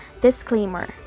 disclaimer